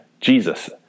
Jesus